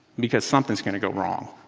because something's going to go wrong,